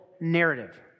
narrative